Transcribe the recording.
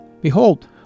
behold